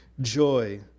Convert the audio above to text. joy